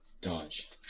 Dodge